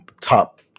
top